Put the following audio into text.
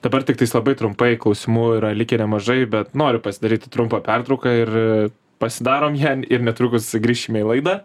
dabar tiktais labai trumpai klausimų yra likę nemažai bet noriu pasidaryti trumpą pertrauką ir pasidarom ją ir netrukus grįšime į laidą